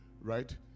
right